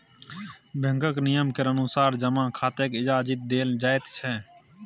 बैंकक नियम केर अनुसार जमा खाताकेँ इजाजति देल जाइत छै